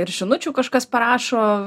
ir žinučių kažkas parašo